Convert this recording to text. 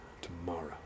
tomorrow